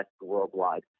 worldwide